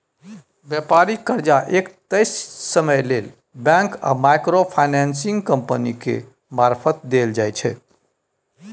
बेपारिक कर्जा एक तय समय लेल बैंक आ माइक्रो फाइनेंसिंग कंपनी केर मारफत देल जाइ छै